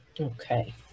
Okay